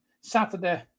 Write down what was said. Saturday